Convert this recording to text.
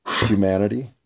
humanity